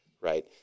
right